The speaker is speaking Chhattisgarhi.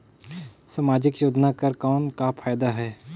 समाजिक योजना कर कौन का फायदा है?